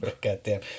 Goddamn